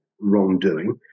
wrongdoing